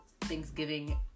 Thanksgiving